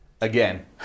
Again